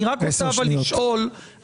לחינוך הממלכתי לא נשאר כאן שום דבר.